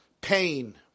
pain